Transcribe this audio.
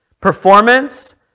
Performance